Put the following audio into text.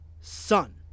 son